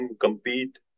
compete